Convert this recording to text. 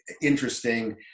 interesting